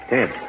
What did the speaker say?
Dead